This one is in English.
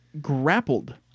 grappled